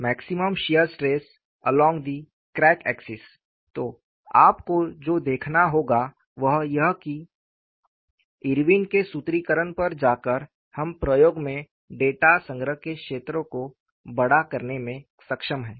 maximum shear stress along the crack axis तो आपको जो देखना होगा वह यह है कि इरविन के सूत्रीकरण पर जाकर हम प्रयोग में डेटा संग्रह के क्षेत्र को बड़ा करने में सक्षम हैं